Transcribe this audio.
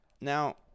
now